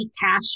cash